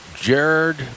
Jared